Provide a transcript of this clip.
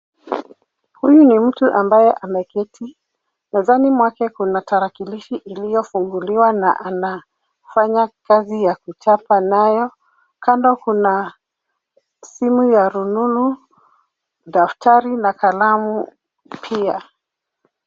Huyu ni mtu ambaye ameketi. Mezani mwake kuna tarakilishi iliyofunguliwa na anafanya kazi ya kuchapa nayo. Kando kuna simu ya rununu, daftari na kalamu pia.